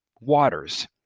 waters